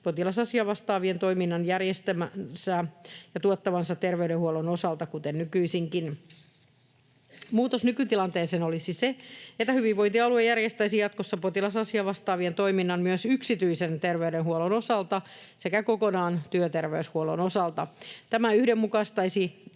potilasasiavastaavien toiminnan järjestämänsä ja tuottamansa terveydenhuollon osalta kuten nykyisinkin. Muutos nykytilanteeseen olisi, että hyvinvointialue järjestäisi jatkossa potilasasiavastaavien toiminnan myös yksityisen terveydenhuollon osalta sekä kokonaan työterveyshuollon osalta. Tämä yhdenmukaistaisi